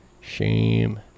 Shame